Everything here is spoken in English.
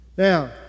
Now